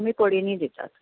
आमी पडिनी दितात